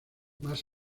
más